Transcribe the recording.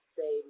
say